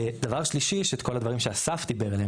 דבר שלישי יש את כל הדברים שאסף דיבר עליהם,